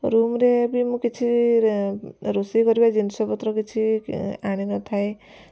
ରୁମରେ ବି ମୁଁ କିଛି ରୋଷେଇ କରିବା ଜିନିଷ ପତ୍ର କିଛି ଆଣି ନଥାଏ